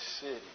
city